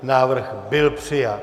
Návrh byl přijat.